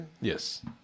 Yes